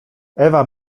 ewa